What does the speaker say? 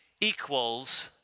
equals